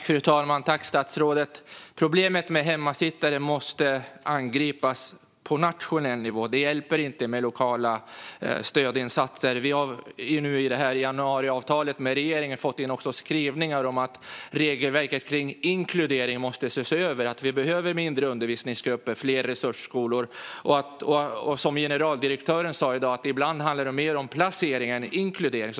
Fru talman! Tack, statsrådet! Problemet med hemmasittare måste angripas på nationell nivå. Det hjälper inte med lokala stödinsatser. Vi har i januariavtalet med regeringen fått in skrivningar om att regelverket kring inkludering måste ses över, att vi behöver mindre undervisningsgrupper och fler resursskolor. Som generaldirektören sa i dag handlar det ibland mer om placering än inkludering.